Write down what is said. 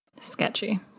Sketchy